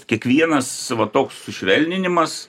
kiekvienas va toks sušvelninimas